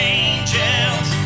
angels